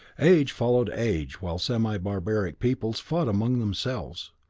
age followed age while semi-barbaric peoples fought among themselves.